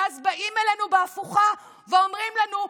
ואז באים אלינו בהפוכה ואומרים לנו: